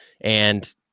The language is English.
and-